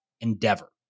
Endeavor